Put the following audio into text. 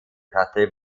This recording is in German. platte